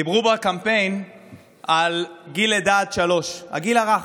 דיברו בקמפיין על גיל לידה עד שלוש, הגיל הרך,